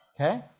Okay